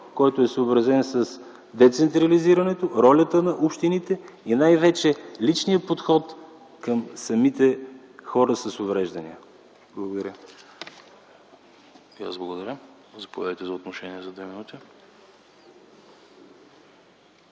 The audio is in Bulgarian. който е съобразен с децентрализирането, ролята на общините и най-вече личният подход към самите хора с увреждания. Благодаря.